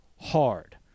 hard